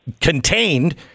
contained